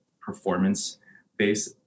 performance-based